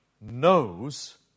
knows